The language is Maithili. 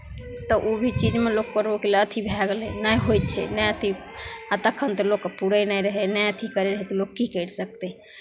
तऽ ओ भी चीजमे लोकके रोक अथी भए गेलै नहि होइ छै नहि अथी आ तखन तऽ लोकके पुरैत नहि रहै नहि अथी करैत रहै तऽ लोक की करि सकितै